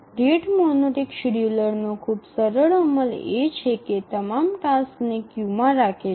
rate monotonic શેડ્યુલરનો ખૂબ સરળ અમલ એ છે કે તમામ ટાસક્સને ક્યૂમાં રાખે છે